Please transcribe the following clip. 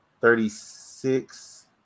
thirty-six